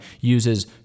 uses